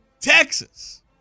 Texas